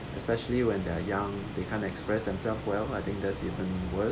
especially when they're young they can't express themselves well I think that's even worse